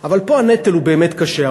אבל פה הנטל הוא באמת קשה,